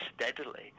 steadily